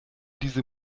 diese